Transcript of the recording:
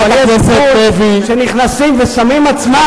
אבל יש גבול כשנכנסים ושמים עצמם,